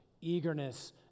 eagerness